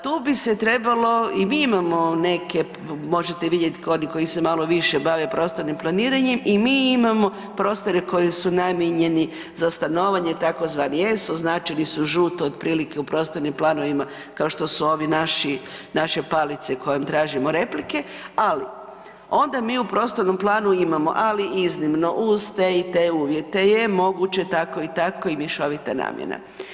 Tu bi se trebalo i mi imamo neke možete vidjeti oni koji se malo više bave prostornim planiranjem i mi imamo prostore koji su namijenjeni za stanovanje tzv. S označeni su žuto otprilike u prostornim planovima, kao što su ove naše palice kojim tražimo replike, ali ona mi u prostornom planu imamo, ali iznimno uz te i te uvjete je moguće tako i tako i mješovita namjena.